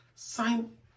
Sign